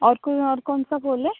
और कोई और कौन सा फूल है